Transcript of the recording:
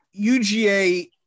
UGA